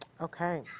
Okay